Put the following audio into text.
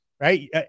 Right